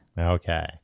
Okay